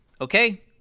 okay